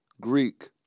Greek